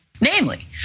Namely